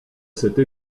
cette